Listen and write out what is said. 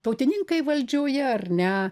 tautininkai valdžioje ar ne